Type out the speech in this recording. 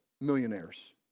millionaires